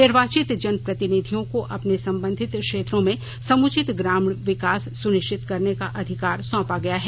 निर्वाचित जनप्रतिनिधियों को अपने संबंधित क्षेत्रों में समुचित ग्रामीण विकास सुनिश्चित करने का अधिकार सौंपा गया है